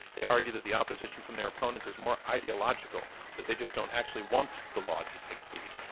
they argue that the opposition from their opponents is more ideological, that they just don't actually want the law to succeed,